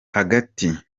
hagati